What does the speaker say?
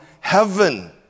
heaven